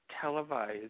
televised